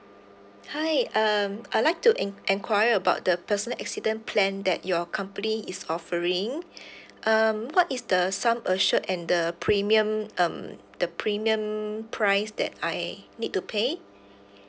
hi um I'd like to en~ enquire about the personal accident plan that your company is offering um what is the sum assured and the premium um the premium price that I need to pay